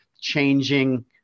changing